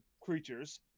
creatures